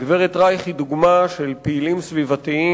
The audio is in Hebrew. גברת רייך היא דוגמה של פעילים סביבתיים